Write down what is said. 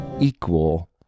equal